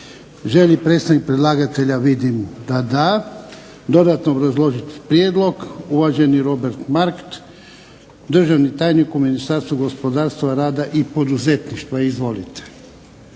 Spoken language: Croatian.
li predstavnik predlagatelja dodatno obrazložiti prijedlog? Uvaženi Robert Markt državni tajnik u Ministarstvu gospodarstvu, rada i poduzetništva. Izvolite.